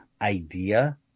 idea